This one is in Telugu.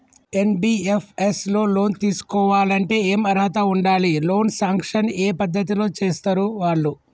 ఎన్.బి.ఎఫ్.ఎస్ లో లోన్ తీస్కోవాలంటే ఏం అర్హత ఉండాలి? లోన్ సాంక్షన్ ఏ పద్ధతి లో చేస్తరు వాళ్లు?